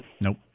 Nope